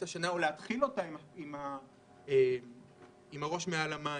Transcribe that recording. השנה או להתחיל אותה עם הראש מעל המים.